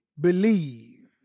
believe